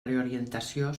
reorientació